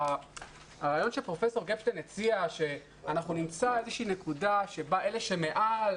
הרעיון שפרופסור גפשטיין הציע שאנחנו נמצא איזושהי נקודה בה אלה שמעל,